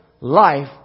life